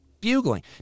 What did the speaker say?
bugling